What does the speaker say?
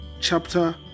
chapter